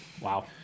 Wow